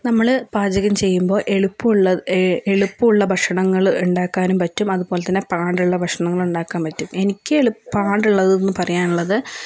നമ്മള് പാചകം ചെയ്യുമ്പോൾ എളുപ്പം ഉള്ള എളുപ്പമുള്ള ഭക്ഷണങ്ങള് ഉണ്ടാക്കാനും പറ്റും അതുപോലെത്തന്നെ പാടുള്ള ഭക്ഷണങ്ങളും ഉണ്ടാക്കാൻ പറ്റും എനിക്ക് പാടുള്ളത് എന്ന് പറയാനുള്ളത്